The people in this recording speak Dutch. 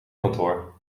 kantoor